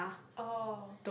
oh